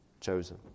chosen